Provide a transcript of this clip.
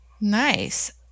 Nice